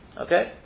okay